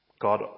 God